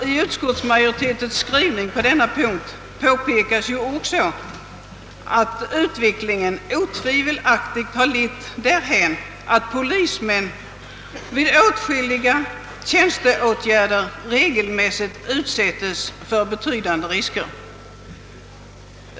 I utskottsmajoritetens skrivning på denna punkt påpekas också, att utvecklingen otvivelaktigt lett därhän, att polismännen vid åtskilliga tjänsteåtgärder regelmässigt utsättes för betydande risker.